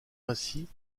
ainsi